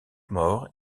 morts